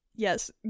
yes